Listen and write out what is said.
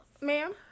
Ma'am